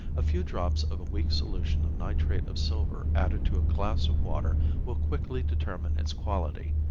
a few drops of a weak solution of nitrate of silver added to a glass of water will quickly determine its quality.